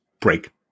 break